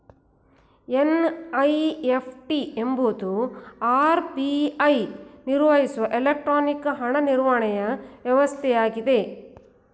NEFT ಎಂಬುದು RBI ನಿರ್ವಹಿಸುವ electronic ಹಣ ವರ್ಗಾವಣೆಯ ವ್ಯವಸ್ಥೆಯಾಗಿದೆ